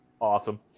Awesome